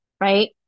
right